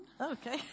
Okay